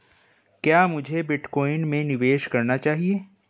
क्या मुझे बिटकॉइन में निवेश करना चाहिए?